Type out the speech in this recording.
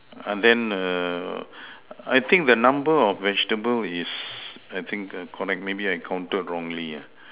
ah then err I think the number of vegetable is I think err correct maybe I counted wrongly ah